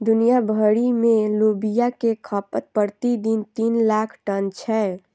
दुनिया भरि मे लोबिया के खपत प्रति दिन तीन लाख टन छै